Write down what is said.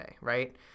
right